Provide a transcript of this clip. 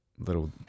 little